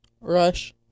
Rush